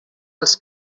als